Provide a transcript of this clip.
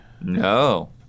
No